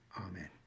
Amen